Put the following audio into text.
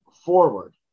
forward